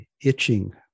itching